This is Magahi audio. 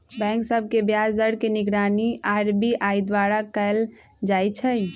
बैंक सभ के ब्याज दर के निगरानी आर.बी.आई द्वारा कएल जाइ छइ